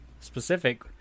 specific